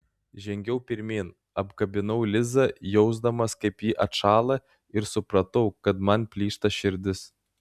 žengiau pirmyn apkabinau lizą jausdamas kaip ji atšąla ir supratau kad man plyšta širdis